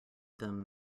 them